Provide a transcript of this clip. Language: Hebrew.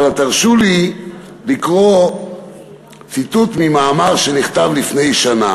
אבל הרשו לי לקרוא ציטוט ממאמר שנכתב לפני שנה